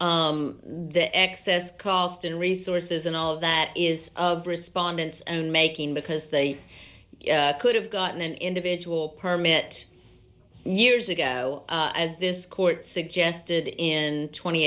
that the excess cost in resources and all of that is of respondents and making because they could have gotten an individual permit years ago as this court suggested in tw